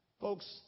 Folks